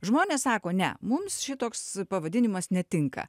žmonės sako ne mums šitoks pavadinimas netinka